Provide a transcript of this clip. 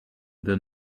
than